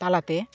ᱛᱟᱞᱟᱛᱮ